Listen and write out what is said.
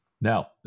Now